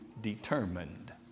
determined